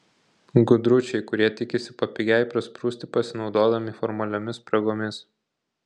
gudručiai kurie tikisi papigiai prasprūsti pasinaudodami formaliomis spragomis